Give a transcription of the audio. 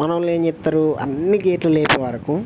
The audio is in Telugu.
మనోళ్ళేం చేస్తారు అన్నీ గేట్లు లేపేవరకు